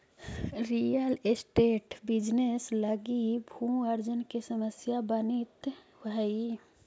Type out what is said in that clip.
real estate business लगी भू अर्जन के समस्या बनित हई